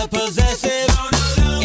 possessive